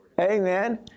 Amen